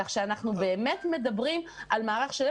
כך שאנחנו מדברים על מערך שלם.